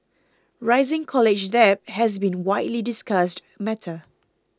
rising college debt has been a widely discussed matter